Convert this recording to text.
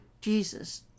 Jesus